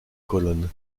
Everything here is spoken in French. colonnes